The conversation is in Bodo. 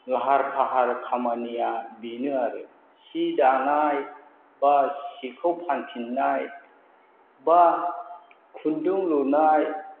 लाहार फाहार खामानिया बेनो आरो सि दानाय एबा सिखौ फानफिननाय एबा खुन्दुं लुनाय